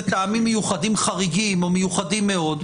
טעמים מיוחדים חריגים או מיוחדים מאוד,